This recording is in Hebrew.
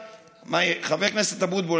חבר הכנסת אבוטבול,